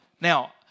Now